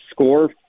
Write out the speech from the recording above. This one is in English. score